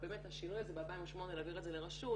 באמת השינוי הזה ב-2008 להעביר את זה לרשות,